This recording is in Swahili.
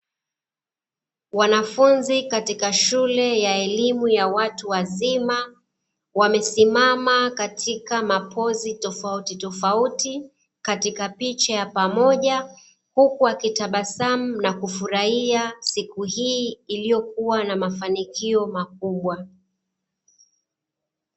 Wanafunzi katika shule ya elimu ya watu wazima, wamesimama katika mapozi tofauti tofauti katika picha ya pamoja, huku wakitabasamu na kufurahia siku hii iliyokuwa na mafanikio makubwa.